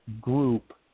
group